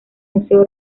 museo